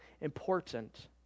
important